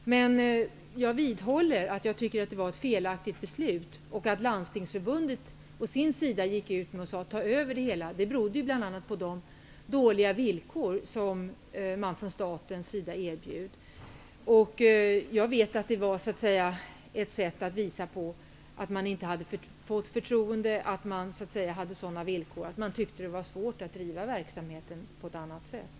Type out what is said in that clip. Men jag vidhåller att jag tycker att det var ett felaktigt beslut. Att Landstingsförbundet för sin del sade: ''Ta över det hela'' berodde bl.a. på de dåliga villkor staten erbjöd. Jag vet att det var ett sätt att visa att man inte hade fått förtroende. Man hade fått sådana villkor att man tyckte det var svårt att driva verksamheten på ett annat sätt.